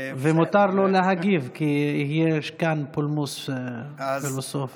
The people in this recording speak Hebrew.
ומותר לו להגיב, כי יש כאן פולמוס פילוסופי.